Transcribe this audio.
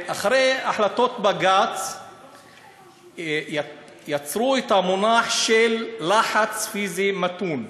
אחרי החלטות בג"ץ יצרו את המונח "לחץ פיזי מתון",